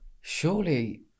Surely